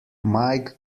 mike